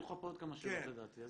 יהיו לך עוד כמה שאלות, לדעתי.